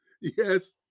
Yes